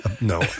No